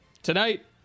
Tonight